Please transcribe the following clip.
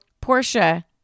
Portia